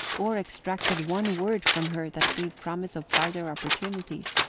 or extracted one word from her that gave promise of farther opportunities.